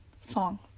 song